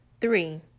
Three